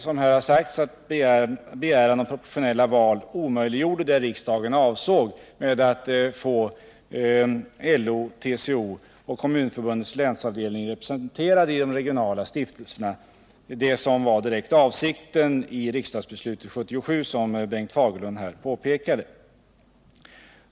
Som här har sagts omöjliggjorde begäran om proportionella val vad riksdagen avsåg med att få LO, TCO och Kommunförbundets länsavdelning representerade i de regionala stiftelserna, det som var den direkta avsikten med riksdagsbeslutet 1977, som Bengt Fagerlund här påpekade.